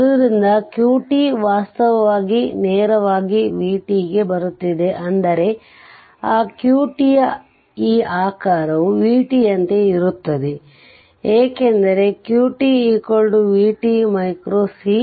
ಆದ್ದರಿಂದ q t ವಾಸ್ತವವಾಗಿ ನೇರವಾಗಿ v t ಗೆ ಬರುತ್ತಿದೆ ಅಂದರೆ ಆ q t ಯ ಈ ಆಕಾರವು v t ಯಂತೆಯೇ ಇರುತ್ತದೆಏಕೆಂದರೆ q t v t c